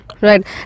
Right